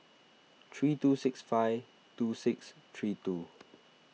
three two six five two six three two